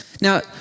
Now